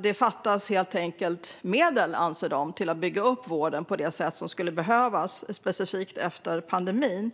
Det fattas helt enkelt medel, anser de, till att bygga upp vården på det sätt som skulle behövas, specifikt efter pandemin.